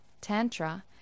Tantra